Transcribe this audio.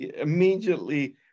immediately